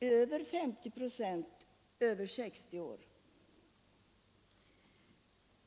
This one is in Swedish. mer än 50 procent över 60 år.